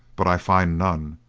but i find none,